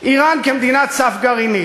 בכישלון מהדהד,